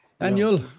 Daniel